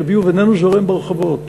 שביוב איננו זורם ברחובות,